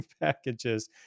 packages